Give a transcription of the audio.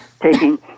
taking